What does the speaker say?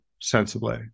sensibly